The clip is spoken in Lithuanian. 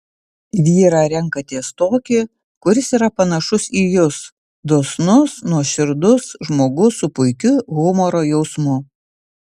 vyrą renkatės tokį kuris yra panašus į jus dosnus nuoširdus žmogus su puikiu humoro jausmu